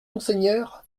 monseigneur